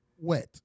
wet